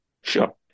Sure